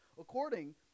According